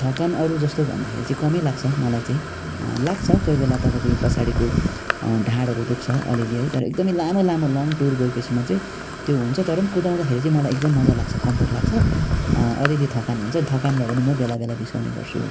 थकान अरू जस्तो भन्दाखेरि चाहिँ कमै लाग्छ मलाई चाहिँ लाग्छ कोही बेला तपाईँको यो पछाडिको ढाँडहरू दुख्छ अलिअलि है तर एकदमै लामो लामो लङ टुर गएपछि मात्रै त्यो हुन्छ तर पनि कुदाउँदाखेरि चाहिँ मलाई एकदम मज्जा लाग्छ कमफोर्ट लाग्छ अलिअलि थकान हुन्छ अनि थकान भयो भने म बेला बेला बिसाउने गर्छु